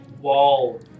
wall